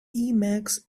emacs